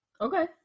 Okay